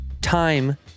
time